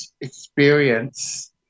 experience